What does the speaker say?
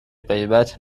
غیبت